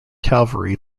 cavalry